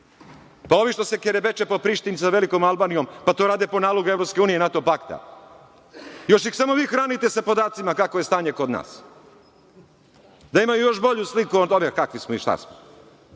njih. Ovi što se kerebeče po Prištini sa velikom Albanijom, pa to rade po nalogu EU i NATO pakta. Još ih vi samo hranite sa podacima kakvo je stanje kod nas, da imaju još bolju sliku o tome kakvi smo i šta smo.